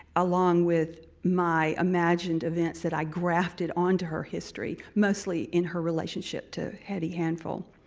along with my imagined events that i grafted on to her history, mostly in her relationship to hetty handful.